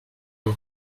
aux